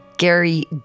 Gary